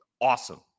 awesome